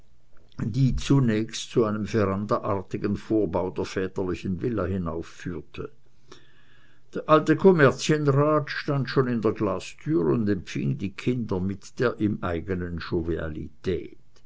die zunächst zu einem verandaartigen vorbau der väterlichen villa hinaufführte der alte kommerzienrat stand schon in der glastür und empfing die kinder mit der ihm eigenen